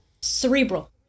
Cerebral